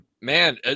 man